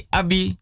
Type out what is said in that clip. abi